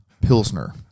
Pilsner